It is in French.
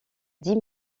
dix